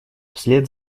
вслед